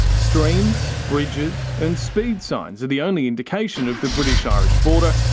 streams, bridges and speed signs are the only indication of the british-irish border,